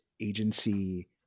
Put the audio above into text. agency